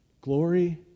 Glory